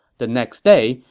the next day,